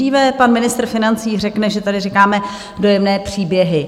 Nejdříve pan ministr financí řekne, že tady říkáme dojemné příběhy.